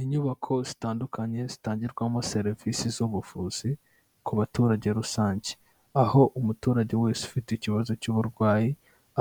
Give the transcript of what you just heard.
Inyubako zitandukanye zitangirwamo serivisi z'ubuvuzi ku baturage rusange, aho umuturage wese ufite ikibazo cy'uburwayi